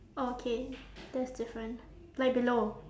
orh okay that's different like below